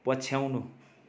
पछ्याउनु